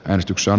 äänestyksen